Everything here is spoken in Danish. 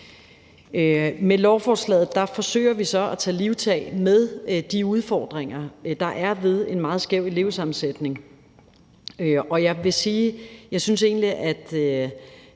Med lovforslaget forsøger vi så at tage livtag med de udfordringer, der er ved en meget skæv elevsammensætning, og jeg vil sige, at jeg egentlig